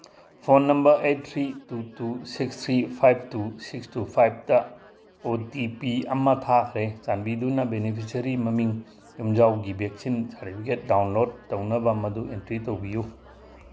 phone number eight three two two six three five two six two ꯐꯥꯏꯚꯇ O T P ꯑꯃ ꯊꯥꯈ꯭ꯔꯦ ꯆꯥꯟꯕꯤꯗꯨꯅ beneficiary ꯃꯃꯤꯡ ꯌꯨꯝꯖꯥꯎꯒꯤ ꯚꯦꯛꯁꯤꯟ ꯁꯥꯔꯇꯤꯐꯤꯒꯦꯠ ꯗꯥꯎꯟꯂꯣꯠ ꯇꯧꯅꯕ ꯃꯗꯨ ꯑꯦꯟꯇ꯭ꯔꯤ ꯇꯧꯕꯤꯌꯨ